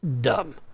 dumb